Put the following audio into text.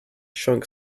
shunk